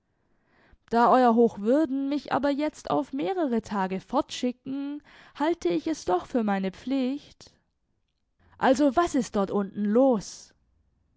da euer hochwürden mich aber jetzt auf mehrere tage fortschicken halte ich es doch für meine pflicht also was ist dort unten los